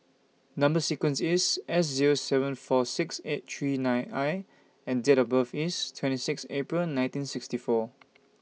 Number sequence IS S Zero seven four six eight three nine I and Date of birth IS twenty six April nineteen sixty four